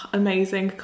amazing